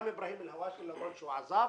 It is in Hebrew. גם אברהים אלהושאלה, למרות שהוא עזב,